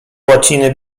łaciny